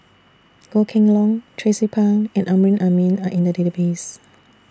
Goh Kheng Long Tracie Pang and Amrin Amin Are in The Database